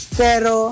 pero